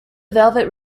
velvet